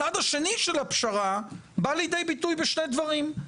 הצד השני של הפשרה בא לידי ביטוי בשני דברים.